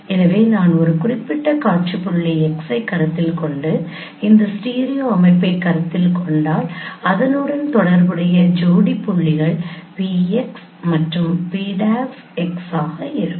எனவே நான் ஒரு குறிப்பிட்ட காட்சி புள்ளி X ஐ கருத்தில் கொண்டு இந்த ஸ்டீரியோ அமைப்பைக் கருத்தில் கொண்டால் அதனுடன் தொடர்புடைய ஜோடி புள்ளிகள் PX மற்றும் P'X ஆக இருக்கும்